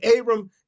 Abram